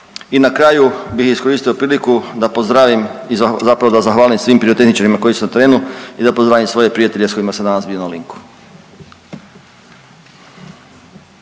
I na kraju bih iskoristio priliku da pozdravim i zapravo da zahvalim svim pirotehničarima koji su na terenu i da pozdravim svoje prijatelje s kojima sam danas bio na liku.